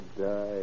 die